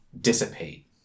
dissipate